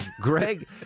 Greg